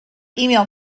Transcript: email